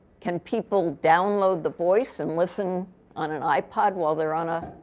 can people download the voice and listen on an ipod, while they're on ah